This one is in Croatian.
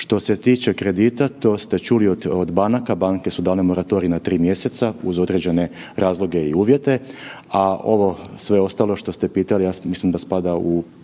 Što se tiče kredita to ste čuli od banaka, banke su dale moratorij na 3 mjeseca uz određene razloge i uvjete, a ovo sve ostalo što ste pitali ja mislim da spada u